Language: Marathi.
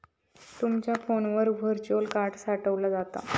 तुमचा फोनवर व्हर्च्युअल कार्ड साठवला जाता